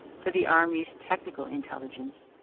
for the army's technical intelligence,